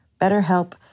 BetterHelp